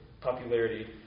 popularity